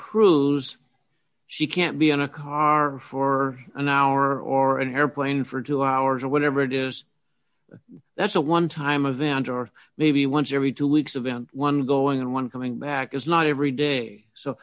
cruise she can't be in a car for an hour or an airplane for two hours or whatever it is that's a one time event or maybe once every two weeks of one going on one coming back is not every day so